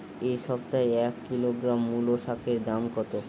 এ সপ্তাহে এক কিলোগ্রাম মুলো শাকের দাম কত?